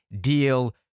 deal